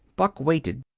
buck waited.